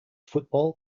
football